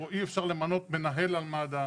או אי אפשר למנות מנהל על מד"א,